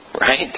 right